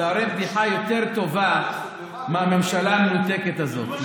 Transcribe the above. זו הרי בדיחה יותר טובה מהממשלה המנותקת הזאת.